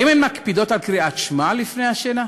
האם הן מקפידות על קריאת שמע לפני השינה?